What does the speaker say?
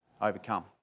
overcome